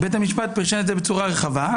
בית המשפט פירש את זה בצורה רחבה,